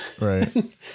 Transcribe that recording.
Right